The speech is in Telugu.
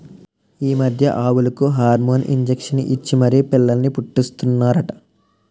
ఈ మధ్య ఆవులకు హార్మోన్ ఇంజషన్ ఇచ్చి మరీ పిల్లల్ని పుట్టీస్తన్నారట